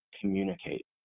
communicate